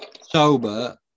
sober